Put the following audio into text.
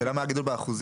השאלה מה הגידול באחוזים.